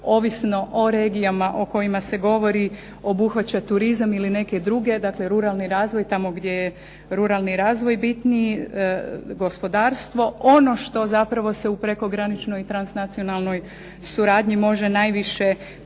ovisno o regijama o kojima se govori obuhvaća turizam ili neke druge, dakle ruralni razvoj tamo gdje je ruralni razvoj bitniji, gospodarstvo. Ono što zapravo se u prekograničnoj i transnacionalnoj suradnji može najviše koristiti